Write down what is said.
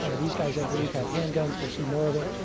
ah these guys i believe have handguns. we'll see more of it.